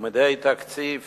ומדי תקציב